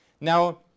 Now